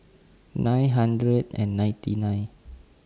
nine hundred and ninety nine